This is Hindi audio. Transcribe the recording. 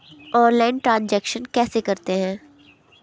ऑनलाइल ट्रांजैक्शन कैसे करते हैं?